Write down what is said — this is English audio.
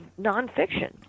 nonfiction